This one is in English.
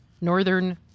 northern